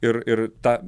ir ir ta